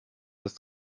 das